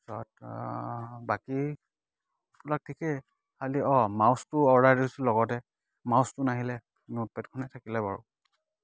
পিছত বাকীবিলাক ঠিকে খালি অঁ মাউচটো অৰ্ডাৰ দিছিলোঁ লগতে মাউচটো নাহিলে নোটপেডখনহে থাকিলে বাৰু